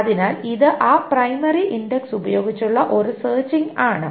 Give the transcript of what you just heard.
അതിനാൽ ഇത് ആ പ്രൈമറി ഇൻഡക്സ് ഉപയോഗിച്ചുള്ള ഒരു സെർച്ചിങ് ആണ്